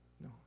No